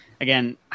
Again